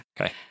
Okay